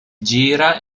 gira